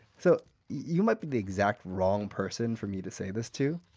so you might be the exact wrong person for me to say this to,